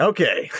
Okay